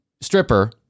stripper